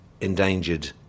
endangered